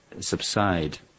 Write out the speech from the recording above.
subside